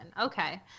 Okay